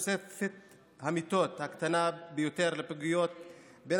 תוספת המיטות הקטנה ביותר לפגיות בין